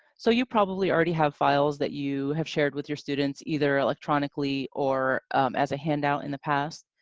so you probably already have files that you have shared with your students either electronically or as a handout in the past.